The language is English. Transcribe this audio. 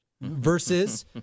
versus